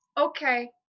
Okay